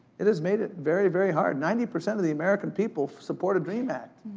it has made it very, very hard. ninety percent of the american people support a dream act.